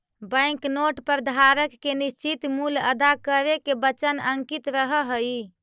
bank note पर धारक के निश्चित मूल्य अदा करे के वचन अंकित रहऽ हई